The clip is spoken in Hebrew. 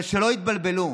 אבל שלא יתבלבלו,